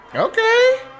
Okay